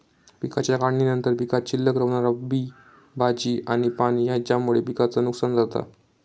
पिकाच्या काढणीनंतर पीकात शिल्लक रवणारा बी, भाजी आणि पाणी हेच्यामुळे पिकाचा नुकसान जाता